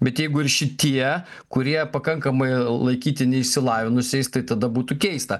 bet jeigu ir šitie kurie pakankamai laikytini išsilavinusiais tai tada būtų keista